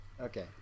Okay